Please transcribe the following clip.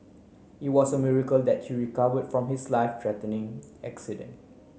it was a miracle that he recovered from his life threatening accident